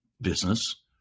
business